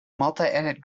multiedit